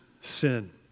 sin